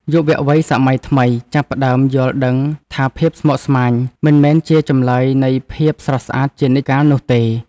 យុវវ័យសម័យថ្មីចាប់ផ្តើមយល់ដឹងថាភាពស្មុគស្មាញមិនមែនជាចម្លើយនៃភាពស្រស់ស្អាតជានិច្ចកាលនោះទេ។